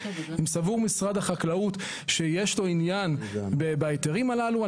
אם סבור משרד החקלאות שיש לו עניין בהיתרים הללו,